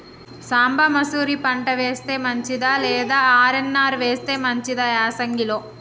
సాంబ మషూరి పంట వేస్తే మంచిదా లేదా ఆర్.ఎన్.ఆర్ వేస్తే మంచిదా యాసంగి లో?